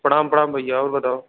प्रणाम प्रणाम भैया और बताओ